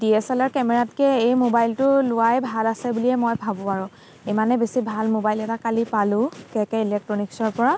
ডিয়েচেলাৰ কেমেৰাতকে এই মোবাইলটো লোৱাই ভাল আছে বুলিয়ে মই ভাবোঁ আৰু ইমানে বেছি ভাল মোবাইল এটা কালি পালোঁ কে কে ইলেক্ট্ৰণিক্সৰ পৰা